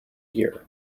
year